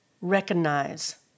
recognize